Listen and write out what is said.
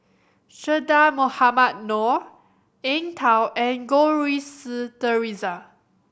Che Dah Mohamed Noor Eng Tow and Goh Rui Si Theresa